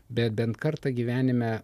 bet bent kartą gyvenime